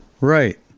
Right